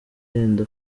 yenda